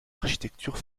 architecture